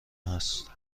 هست